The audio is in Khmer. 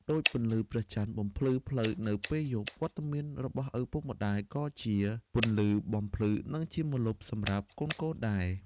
ដូចពន្លឺព្រះចន្ទបំភ្លឺផ្លូវនៅពេលយប់ វត្តមានរបស់ឪពុកម្តាយក៏ជាពន្លឺបំភ្លឺ និងជាម្លប់សម្រាប់កូនៗដែរ។